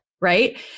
Right